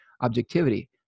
objectivity